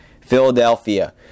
Philadelphia